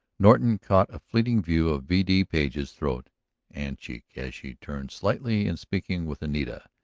norton caught a fleeting view of v. d. page's throat and cheek as she turned slightly in speaking with anita.